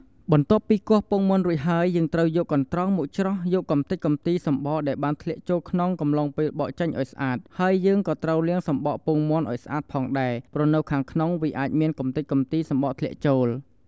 បន្ទាប់ពីគោះពងមាន់រួចហើយ យើងត្រូវយកកន្ត្រងមកច្រោះយកកម្ទេចកម្ទីសំបកដែលបានធ្លាក់ចូលក្នុងកំឡុងពេលបកចេញឲ្យស្អាត ហើយយើងក៏ត្រូវលាងសំបកពងមាន់ឲ្យស្អាតផងដែរ ព្រោះនៅខាងក្នុងវាអាចមានកម្ទេចកម្ទីសំបកធ្លាក់ចូល។